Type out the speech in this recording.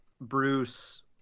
Bruce